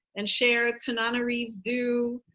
and share tananarive due.